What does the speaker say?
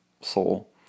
soul